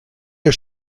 der